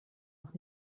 auch